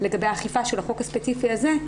לגבי אכיפה של החוק הספציפי הזה,